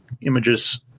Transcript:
images